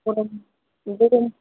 औ नुजादों